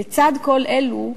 לצד כל אלו,